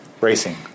Racing